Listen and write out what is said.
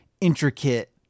intricate